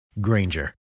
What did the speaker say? Granger